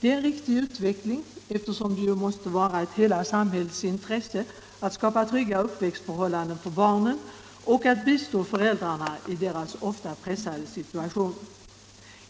Det är en riktig utveckling, eftersom det ju måste vara ett hela samhällets intresse att skapa trygga uppväxtförhållanden för barnen och att bistå föräldrarna i deras ofta pressade situation.